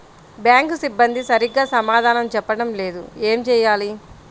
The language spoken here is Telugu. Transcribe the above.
బ్యాంక్ సిబ్బంది సరిగ్గా సమాధానం చెప్పటం లేదు ఏం చెయ్యాలి?